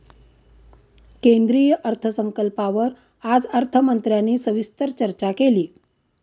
केंद्रीय अर्थसंकल्पावर आज अर्थमंत्र्यांनी सविस्तर चर्चा केली